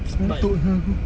mengantuk lah ha aku